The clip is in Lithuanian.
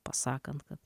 pasakant kad